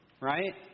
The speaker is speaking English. right